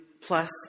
plus